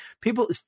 people